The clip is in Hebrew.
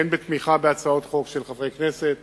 הן בתמיכה בהצעות חוק של חברי כנסת